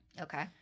Okay